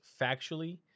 factually